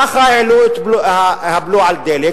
ככה העלו את הבלו על דלק.